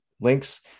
links